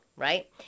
right